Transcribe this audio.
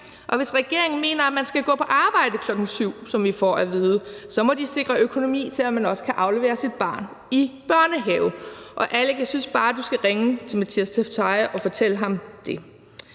Og hvis regeringen mener, at man skal gå på arbejde klokken 7, som vi får at vide, så må de sikre økonomi til, at man også kan aflevere sit barn i børnehave. Og Alec, jeg synes bare, du skal ringe til Mattias Tesfaye og fortælle ham det.